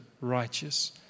righteous